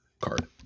card